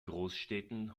großstädten